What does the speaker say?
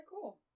cool